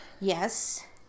Yes